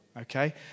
Okay